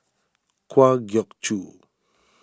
Kwa Geok Choo